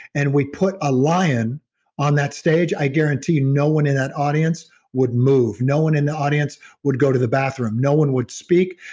and we put a lion on that stage, i guarantee no one in that audience would move. no one in the audience would go to the bathroom no one would speak.